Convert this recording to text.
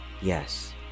yes